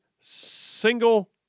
single